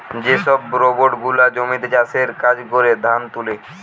যে সব রোবট গুলা জমিতে চাষের কাজ করে, ধান তুলে